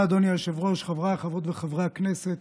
חבריי חברות וחברי הכנסת,